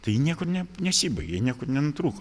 tai ji niekur ne nesibaigė ji niekur nenutrūko